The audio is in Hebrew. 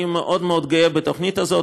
אני מאוד מאוד גאה בתוכנית הזאת.